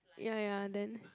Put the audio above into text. ya ya then